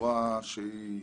בצורה שהיא